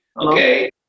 okay